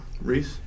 Reese